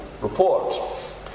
report